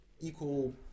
equal